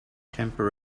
temper